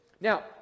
Now